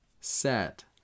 set